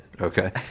okay